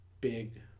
big